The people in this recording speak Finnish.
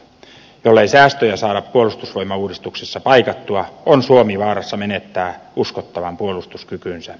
jollei säästöjä saada puolustusvoimauudistuksessa paikattua on suomi vaarassa menettää uskottavan puolustuskykynsä